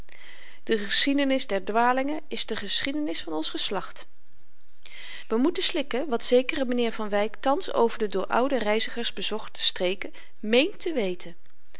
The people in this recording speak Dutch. de geschiedenis der dwalingen is de geschiedenis van ons geslacht we moeten slikken wat zekere m'nheer van wyk thans over de door oude reizigers bezochte streken meent te weten